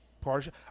partial